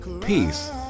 peace